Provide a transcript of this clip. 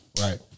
Right